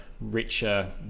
richer